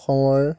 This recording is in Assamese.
অসমৰ